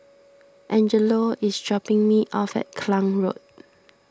Angelo is dropping me off at Klang Road